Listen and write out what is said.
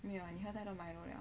没有你喝太多 milo 了